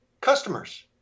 customers